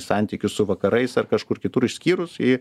santykius su vakarais ar kažkur kitur išskyrus į